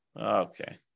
Okay